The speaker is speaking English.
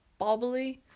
bobbly